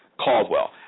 Caldwell